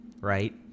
right